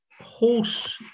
horse